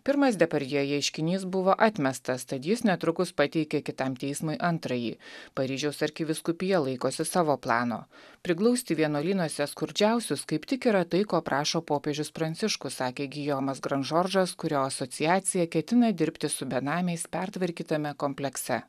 pirmas depardjė ieškinys buvo atmestas tad jis netrukus pateikė kitam teismui antrąjį paryžiaus arkivyskupija laikosi savo plano priglausti vienuolynuose skurdžiausius kaip tik yra tai ko prašo popiežius pranciškus sakė gijomas granžoržas kurio asociacija ketina dirbti su benamiais pertvarkytame komplekse